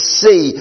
see